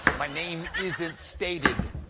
my name isn't stated.